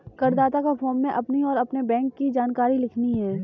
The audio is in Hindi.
करदाता को फॉर्म में अपनी और अपने बैंक की जानकारी लिखनी है